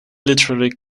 literary